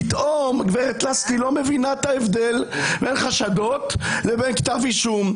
פתאום הגב' לסקי לא מבינה את ההבדל בין חשדות לכתב אישום,